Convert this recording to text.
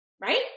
right